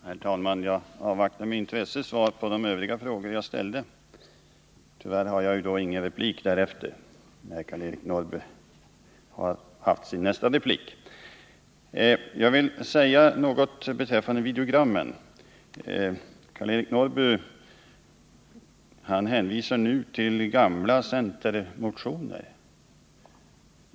Herr talman! Jag avvaktar med intresse svar på de övriga frågor som jag ställde. Tyvärr har jag ju inte rätt till någon ytterligare replik efter Karl-Eric Norrbys nästa replik. Jag vill säga något beträffande videogrammen. Karl-Eric Norrby hänvisar till den gamla centermotionen.